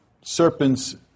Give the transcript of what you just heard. serpents